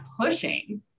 pushing